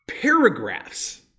paragraphs